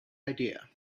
idea